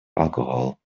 alcohol